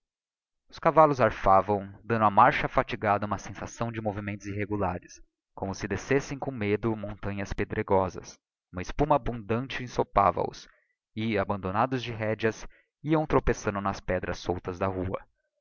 os cavallos arfavam dando á marcha fatigada uma sensação de movimentos irregulares como si descessem com medo montanhas pedregosas uma espuma abundante ensopava os e abandonados de rédeas iam tropeçando nas pedras soltas da rua